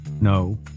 no